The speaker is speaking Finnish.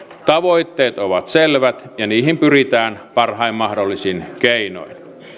tavoitteet ovat selvät ja niihin pyritään parhain mahdollisin keinoin